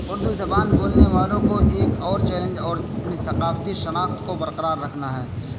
اردو زبان بولنے والوں کو ایک اور چیلنج اور اپنی ثقافتی شناخت کو برقرار رکھنا ہے